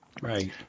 Right